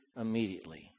immediately